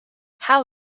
how